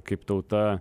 kaip tauta